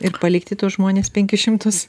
ir palikti tuos žmones penkis šimtus